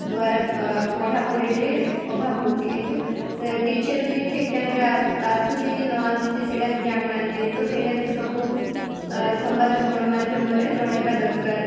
ଦ୍ୱାରା ପଢ଼ାପଢ଼ି ବି ଅଭାବ ହେଉଛି କିନ୍ତୁ ସେ ଟିଚର୍ବି ଠିକ୍ ଟାଇମ୍ରେ ଆସୁଛି କି ନ ଆସୁଛି ସେଇଟା ବି ଜାଣୁନାହାନ୍ତି ତ ସେଇଟା ବି ସବୁ ସମ୍ବାଦ ଗଣମାଧ୍ୟମରେ ଜଣେଇବା ଦରକାର